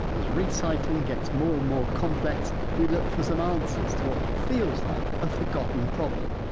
as recycling gets more and more complex we look for some answers to what feels like a forgotten problem.